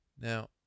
Now